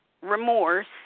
remorse